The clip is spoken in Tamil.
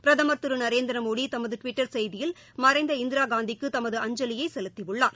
பிரதம் திரு நரேந்திரமோடி தமது டுவிட்டர் செய்தியில் மறைந்த இந்திராகாந்திக்கு தமது அஞ்சலியை செலுத்தியுள்ளார்